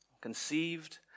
Conceived